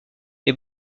est